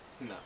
No